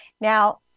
Now